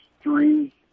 three